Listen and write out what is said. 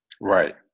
right